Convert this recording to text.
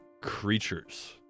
creatures